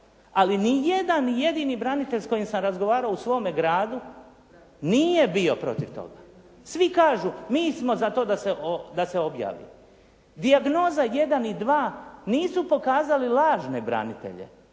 Ali ni jedan jedini branitelj s kojim sam razgovarao u svome gradu nije bio protiv toga. Svi kažu mi smo za to da se objavi. Dijagnoza 1 i 2 nisu pokazali lažne branitelje,